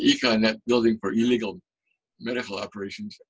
the time that building for illegal medical operations